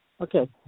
Okay